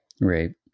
Right